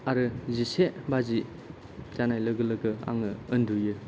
आरो जिसे बाजि जानाय लोगो लोगो आङो उन्दुयो